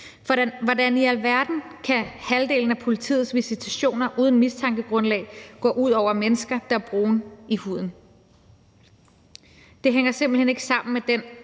Hvordan i alverden kan halvdelen af politiets visitationer uden mistankegrundlag gå ud over mennesker, der er brune i huden? Det hænger simpelt hen ikke sammen med den